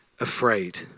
afraid